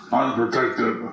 unprotected